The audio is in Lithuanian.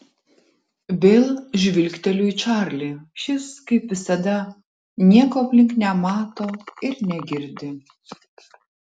vėl žvilgteliu į čarlį šis kaip visada nieko aplink nemato ir negirdi